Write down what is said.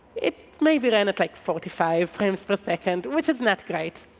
it maybe ran at like forty five per second, which is not great.